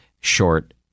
short